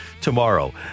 tomorrow